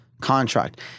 contract